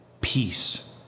peace